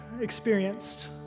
experienced